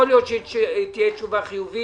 יכול להיות שהיא תהיה תשובה חיובית.